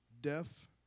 deaf